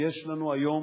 יש לנו היום